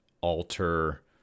alter